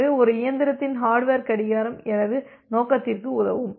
எனவே ஒரு இயந்திரத்தின் ஹர்டுவேர் கடிகாரம் எனது நோக்கத்திற்கு உதவும்